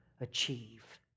achieve